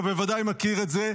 אתה בוודאי מכיר את זה,